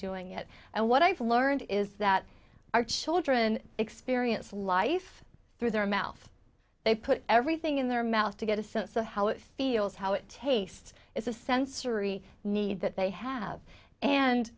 doing it and what i've learned is that our children experience life through their mouth they put everything in their mouth to get a sense of how it feels how it tastes it's a sensory need that they have and